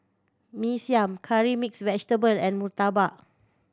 Mee Siam Curry Mixed Vegetable and murtabak